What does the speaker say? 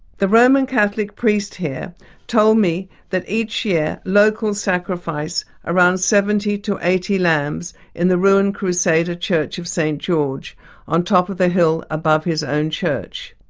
the roman catholic priest here told me that each year locals sacrifice around seventy to eighty lambs in the ruined crusader church of saint george on top of a hill above his own church.